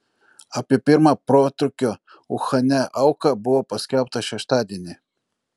apie pirmą protrūkio uhane auką buvo paskelbta šeštadienį